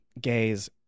gays